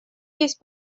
есть